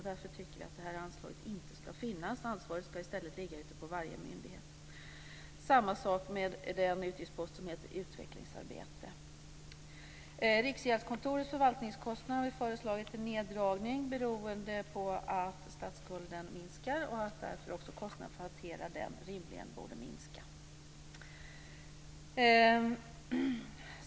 Därför tycker vi att anslaget inte ska finnas. Ansvaret ska i stället ligga ute på varje myndighet. Samma sak gäller den utgiftspost som heter Utvecklingsarbete. För Riksgäldskontorets förvaltningskostnad har vi föreslagit en neddragning beroende på att statsskulden minskar och att kostnaden för att hantera den därmed också rimligen borde minska.